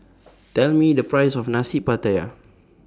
Tell Me The Price of Nasi Pattaya